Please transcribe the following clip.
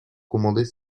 commander